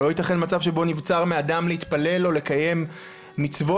לא יתכן מצב שבו נבצר מאדם להתפלל או לקיים מצוות